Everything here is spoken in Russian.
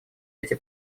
эти